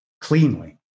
cleanly